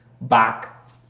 back